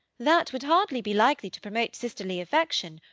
that would hardly be likely to promote sisterly affection,